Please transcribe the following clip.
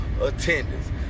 attendance